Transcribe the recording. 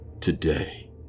Today